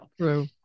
True